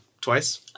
twice